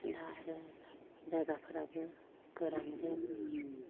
दा आरो जायगाफोराबो गोरान जायो